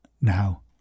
now